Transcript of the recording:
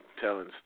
telling